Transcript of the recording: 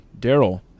Daryl